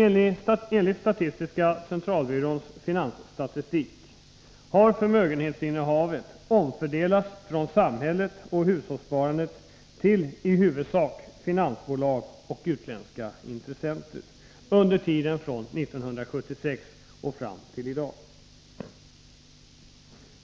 Enligt SCB:s finansstatistik har förmögenhetsinnehavet omfördelats från samhället och hushållssparandet till i huvudsak finansbolag och utländska intressenter under tiden från 1976 och fram till i dag.